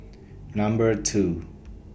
Number two